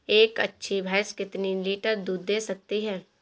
एक अच्छी भैंस कितनी लीटर दूध दे सकती है?